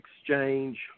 exchange